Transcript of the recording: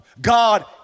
god